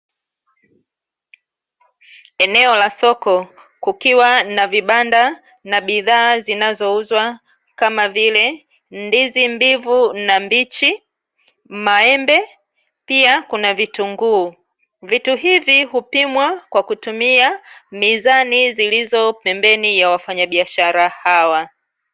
Eneo la soko kukiwa vibanda na bidhaa zinazouzwa kama vile ndizi mbivu na mbichi maembe pia kuna vitunguu vitu hizi hupimwa kwa kutumia mizani zilizopembeni kwa wafanya biashara hawa.